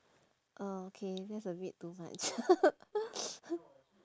okay that's a bit too much